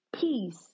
peace